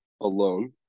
alone